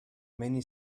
many